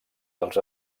dels